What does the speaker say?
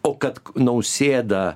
o kad nausėda